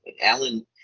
Alan